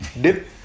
Dip